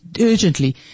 urgently